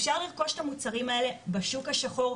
אפשר לרכוש את המוצרים האלה בשוק השחור,